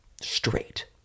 Straight